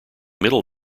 middle